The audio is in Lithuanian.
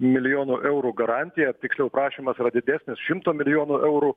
milijonų eurų garantiją tiksliau prašymas yra didesnis šimto milijonų eurų